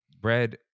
bread